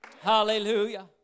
Hallelujah